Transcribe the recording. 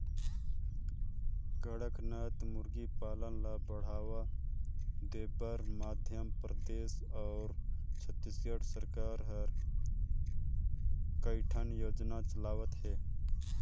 कड़कनाथ मुरगी पालन ल बढ़ावा देबर मध्य परदेस अउ छत्तीसगढ़ सरकार ह कइठन योजना चलावत हे